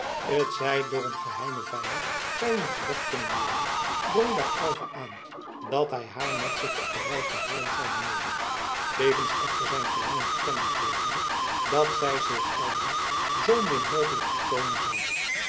t zij door een geheimen vijand zouden gelegd kunnen worden drong bij aylva aan dat hij haar met zich op de reis naar holland zoude nemen tevens echter zijn verlangen te kennen gevende dat zij zich aldaar zoo min mogelijk vertoonen zoude